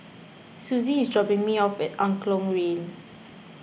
Suzie is dropping me off at Angklong Lane